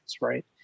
right